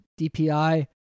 DPI